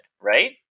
right